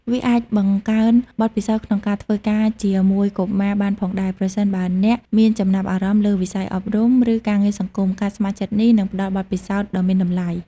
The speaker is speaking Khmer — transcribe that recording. វាអាចបង្កើនបទពិសោធន៍ក្នុងការធ្វើការជាមួយកុមារបានផងដែរ ប្រសិនបើអ្នកមានចំណាប់អារម្មណ៍លើវិស័យអប់រំ ឬការងារសង្គម ការស្ម័គ្រចិត្តនេះនឹងផ្ដល់បទពិសោធន៍ដ៏មានតម្លៃ។